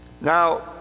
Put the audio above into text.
Now